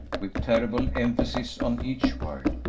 with terrible emphasis on each word.